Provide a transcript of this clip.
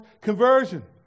conversion